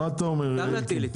מותר להטיל עיצומים.